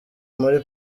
muli